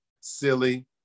silly